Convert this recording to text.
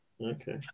Okay